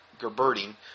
Gerberding